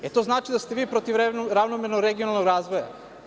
Jel to znači da ste vi protiv ravnomernog regionalnog razvoja?